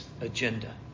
agenda